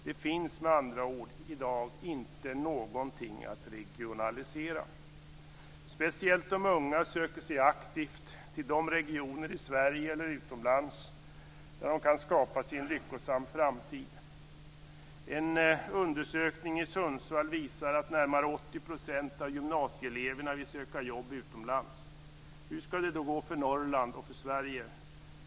Det finns med andra ord i dag inte någonting att regionalisera. Speciellt de unga söker sig aktivt till de regioner - i Sverige eller utomlands - där de kan skapa sig en lyckosam framtid. En undersökning i Sundsvall visar att närmare 80 % av gymnasieeleverna vill söka jobb utomlands. Hur skall det då gå för Norrland och Sverige?